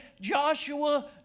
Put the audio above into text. Joshua